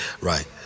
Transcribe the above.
Right